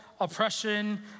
oppression